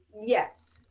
yes